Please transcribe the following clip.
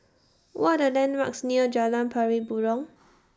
What Are The landmarks near Jalan Pari Burong